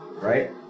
Right